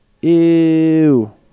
Ew